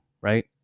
right